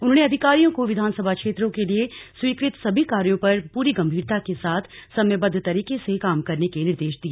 उन्होंने अधिकारियों को विधानसभा क्षेत्रों के लिए स्वीकृत सभी कार्यों पर पूरी गम्भीरता के साथ समयबद्ध तरीके से काम करने के निर्देश दिए